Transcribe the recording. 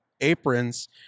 aprons